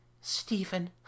Stephen